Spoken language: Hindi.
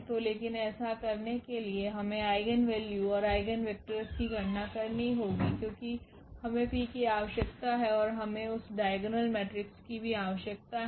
तो लेकिन ऐसा करने के लिए हमें आइगेन वैल्यू और आइगेन वेक्टरस की गणना करनी होगी क्योंकि हमें P की आवश्यकता है और हमें उस डाइगोनल मेट्रिक्स की भी आवश्यकता है